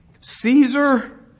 Caesar